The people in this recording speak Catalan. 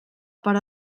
per